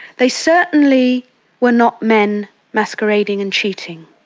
they certainly were not men masquerading and cheating.